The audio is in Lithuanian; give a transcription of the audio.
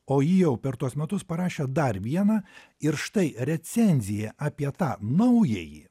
o ji jau per tuos metus parašė dar vieną ir štai recenzija apie tą naująjį